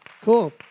Cool